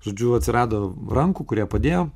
žodžiu atsirado rankų kurie padėjo